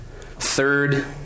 Third